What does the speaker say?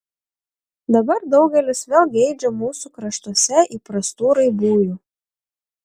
dabar daugelis vėl geidžia mūsų kraštuose įprastų raibųjų